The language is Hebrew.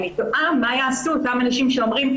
אני תוהה מה יעשו אותם אנשים שאומרים,